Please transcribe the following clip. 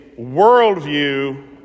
worldview